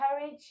courage